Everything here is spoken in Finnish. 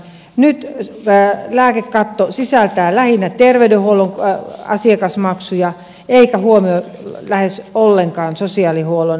nyt lääkekatto sisältää lähinnä terveydenhuollon asiakasmaksuja eikä huomioi lähes ollenkaan sosiaalihuollon asiakasmaksuja